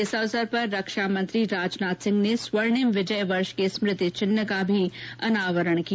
इस अवसर पर रक्षा मंत्री राजनाथ सिंह ने स्वर्णिम विजय वर्ष के स्मृति चिन्ह का भी अनावरण किया